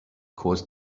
caused